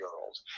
old